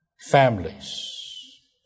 families